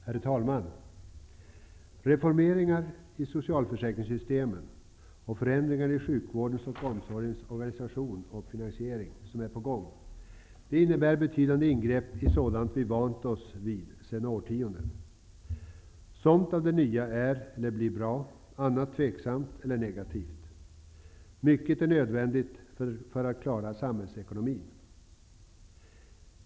Herr talman! De reformeringar i socialförsäkringssystemen samt de förändringar i sjukvårdens och omsorgens organisation och finansiering som är på gång innebär betydande ingrepp i sådant som vi är vana vid sedan årtionden. Somt av det nya är -- eller blir -- bra, annat tveksamt eller negativt. Mycket är nödvändigt för att klara samhällsekonomin.